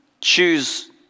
choose